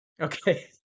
okay